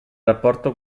rapporto